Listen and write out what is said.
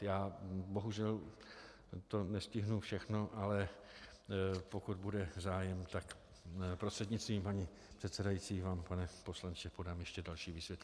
Já to bohužel nestihnu všechno, ale pokud bude zájem, tak prostřednictvím paní předsedající vám, pane poslanče, podám ještě další vysvětlení.